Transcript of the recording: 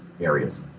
areas